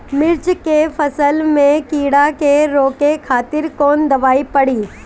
मिर्च के फसल में कीड़ा के रोके खातिर कौन दवाई पड़ी?